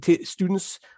Students